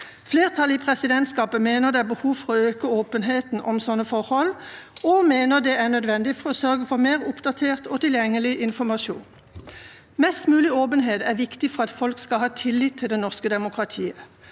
Flertallet i presidentskapet mener det er behov for å øke åpenheten om slike forhold og mener det er nødvendig å sørge for mer oppdatert og tilgjengelig informasjonen. Mest mulig åpenhet er viktig for at folk skal ha tillit til det norske demokratiet.